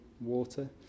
water